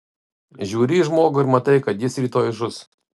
žiūri į žmogų ir matai kad jis rytoj žus